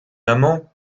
amant